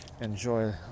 enjoy